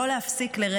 לא להפסיק לרגע.